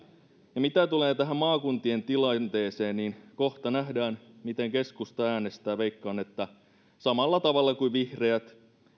mitä tulee tähän maakuntien tilanteeseen niin kohta nähdään miten keskusta äänestää veikkaan että samalla tavalla kuin vihreät